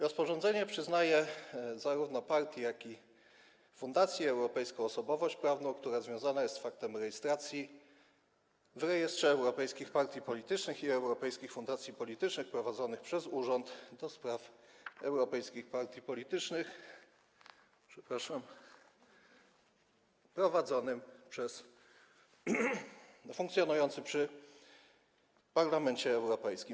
Rozporządzenie przyznaje zarówno partii, jak i fundacji europejską osobowość prawną, która związana jest z faktem rejestracji w rejestrze europejskich partii politycznych i europejskich fundacji politycznych prowadzonym przez Urząd ds. Europejskich Partii Politycznych i Europejskich Fundacji Politycznych funkcjonujący przy Parlamencie Europejskim.